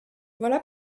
voilà